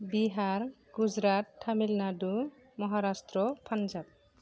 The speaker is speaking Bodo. बिहार गुजरात तामिलनाडु महाराष्ट्र पानजाब